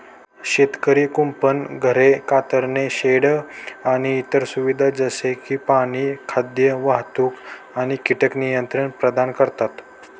शेतकरी कुंपण, घरे, कातरणे शेड आणि इतर सुविधा जसे की पाणी, खाद्य, वाहतूक आणि कीटक नियंत्रण प्रदान करतात